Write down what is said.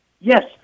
Yes